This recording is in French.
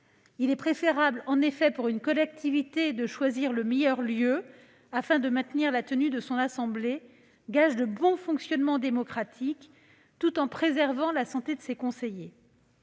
il est préférable pour une collectivité de choisir le meilleur lieu afin de maintenir la tenue de son assemblée, gage de bon fonctionnement démocratique, tout en préservant la santé de ses conseillers.